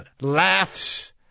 laughs